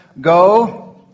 Go